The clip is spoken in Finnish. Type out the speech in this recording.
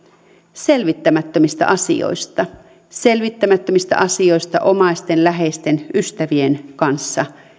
selvittämättömistä asioista selvittämättömistä asioista omaisten läheisten ystävien kanssa